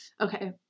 Okay